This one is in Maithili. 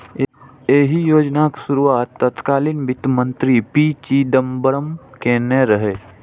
एहि योजनाक शुरुआत तत्कालीन वित्त मंत्री पी चिदंबरम केने रहै